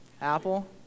Apple